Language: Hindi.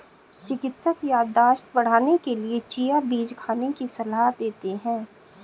चिकित्सक याददाश्त बढ़ाने के लिए चिया बीज खाने की सलाह देते हैं